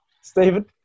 Stephen